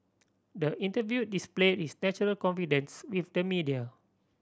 the interview displayed his natural confidence with the media